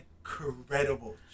incredible